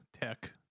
tech